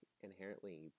inherently